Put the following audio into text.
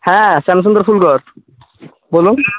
হ্যাঁ শ্যামসুন্দর ফুলঘর বলুন